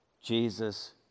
Jesus